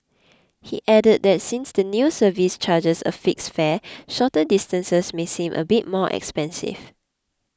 he added that since the new service charges a fixed fare shorter distances may seem a bit more expensive